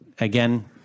again